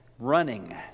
Running